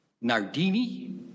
Nardini